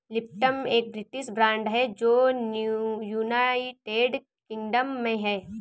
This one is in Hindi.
लिप्टन एक ब्रिटिश ब्रांड है जो यूनाइटेड किंगडम में है